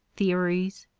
theories,